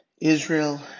Israel